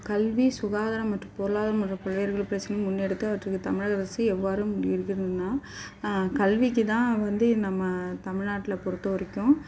கல்வி சுகாதாரம் மற்றும் பொருளாதாரம் போன்ற பல்வேறு கொள்கை பிரச்சினைகளை முன்னெடுத்து அவற்றிற்கு தமிழக அரசு எவ்வாறு தீர்க்குதுன்னா கல்விக்கு தான் வந்து நம்ம தமிழ்நாட்டில் பொறுத்த வரைக்கும்